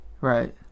Right